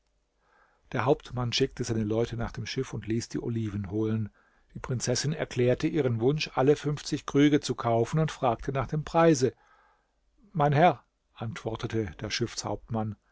der hauptmann schickte seine leute nach dem schiff und ließ die oliven holen die prinzessin erklärte ihren wunsch alle fünfzig krüge zu kaufen und fragte nach dem preise mein herr antwortete der schiffshauptmann